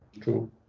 true